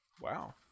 Wow